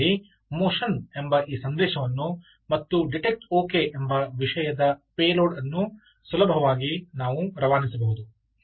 ಹಾಗಿದ್ದಲ್ಲಿ ಮೋಷನ್ ಎಂಬ ಈ ಸಂದೇಶವನ್ನು ಮತ್ತು ಡಿಟೆಕ್ಟ ಓಕೆ ಎಂಬ ವಿಷಯದ ಪೇಲೋಡ್ ಅನ್ನು ಸುಲಭವಾಗಿ ನಾವು ರವಾನಿಸಬಹುದು